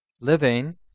living